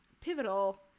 Pivotal